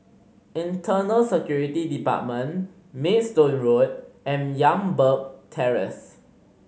Internal Security Department Maidstone Road and Youngberg Terrace